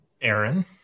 Aaron